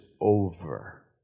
over